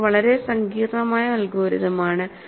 ഇത് വളരെ സങ്കീർണ്ണമായ അൽഗോരിതം ആണ്